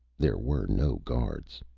there were no guards.